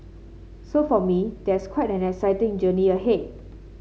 so for me there's quite an exciting journey ahead